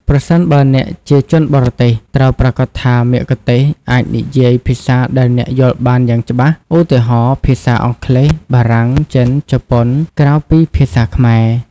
ប្រសិនបើអ្នកជាជនបរទេស ត្រូវប្រាកដថាមគ្គុទ្ទេសក៍អាចនិយាយ ភាសាដែលអ្នកយល់បានយ៉ាងច្បាស់ ឧទាហរណ៍ ភាសាអង់គ្លេស បារាំង ចិន ជប៉ុន ក្រៅពីភាសាខ្មែរ។